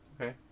Okay